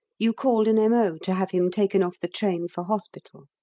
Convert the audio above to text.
you called an m o. to have him taken off the train for hospital.